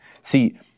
See